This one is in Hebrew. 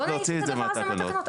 בוא נעיף את הדבר הזה מהתקנות.